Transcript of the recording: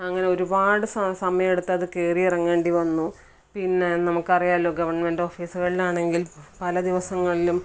അങ്ങനെ ഒരുപാട് സ സമയമെടുത്ത് അത് കയറി ഇറങ്ങേണ്ടി വന്നു പിന്നെ നമുക്ക് അറിയാമല്ലോ ഗവൺമെൻറ് ഓഫീസുകളിൽ ആണെങ്കിൽ പല ദിവസങ്ങളിലും